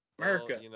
America